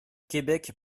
québec